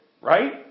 right